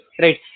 right